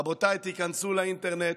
רבותיי, תכנסו לאינטרנט,